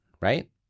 right